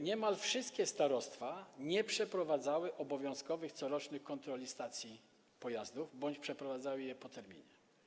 Niemal wszystkie starostwa nie przeprowadzały obowiązkowych corocznych kontroli stacji kontroli pojazdów bądź przeprowadzały je po terminie.